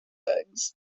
eggs